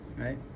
Right